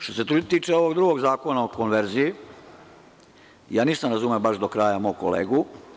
Što se tiče ovog drugog Zakona o konverziji, ja nisam razumeo baš do kraja mog kolegu.